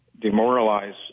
demoralize